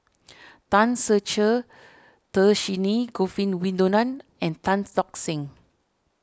Tan Ser Cher Dhershini Govin and Tan Tock Seng